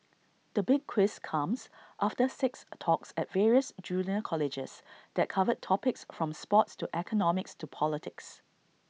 the big quiz comes after six talks at various junior colleges that covered topics from sports to economics to politics